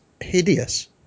hideous